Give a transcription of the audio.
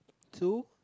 two